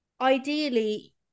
ideally